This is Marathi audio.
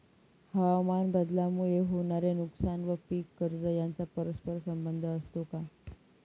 हवामानबदलामुळे होणारे नुकसान व पीक कर्ज यांचा परस्पर संबंध असतो का?